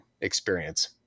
experience